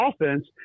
offense